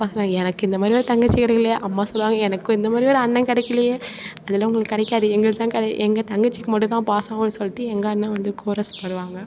அப்பா சொல்லுவாங்க எனக்கு இதை மாதிரி ஒரு தங்கச்சி கெடைக்கலியே அம்மா சொல்லுவாங்க எனக்கும் இந்தமாதிரி ஒரு அண்ணன் கிடைக்கலியே அதெலாம் உங்களுக்கு கிடைக்காது எங்களுக்கு தான் எங்கள் தங்கச்சிக்கு மட்டும் தான் பாசம் சொல்லிட்டு எங்கள் அண்ணன் வந்து கோரஸ் பாடுவாங்க